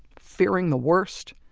fearing the worst